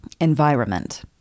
environment